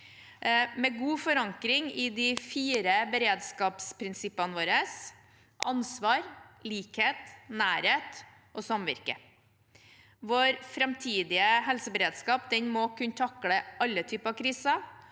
med god forankring i de fire beredskapsprinsippene våre: ansvar, likhet, nærhet og samvirke. Vår framtidige helseberedskap må kunne takle alle typer kriser